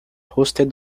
hosted